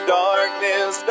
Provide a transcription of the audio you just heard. darkness